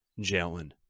Jalen